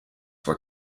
were